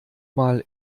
mal